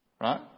Right